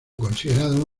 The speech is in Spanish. considerado